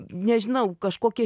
nežinau kažkokie